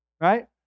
right